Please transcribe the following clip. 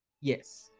Yes